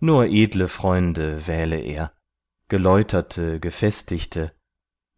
nur edle freunde wähle er geläuterte gefestigte